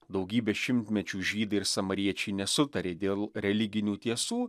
daugybę šimtmečių žydai ir samariečiai nesutarė dėl religinių tiesų